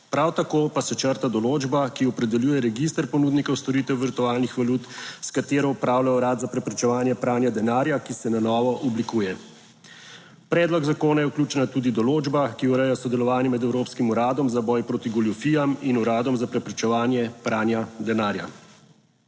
prav tako pa se črta določba, ki opredeljuje register ponudnikov storitev virtualnih valut, s katero upravlja Urad za preprečevanje pranja denarja, ki se na novo oblikuje. V predlog zakona je vključena tudi določba, ki ureja sodelovanje med Evropskim uradom za boj proti goljufijam in Uradom za preprečevanje pranja denarja.